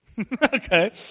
Okay